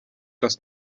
das